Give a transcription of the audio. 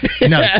no